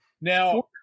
Now